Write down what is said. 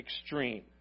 extreme